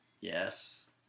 yes